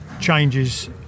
changes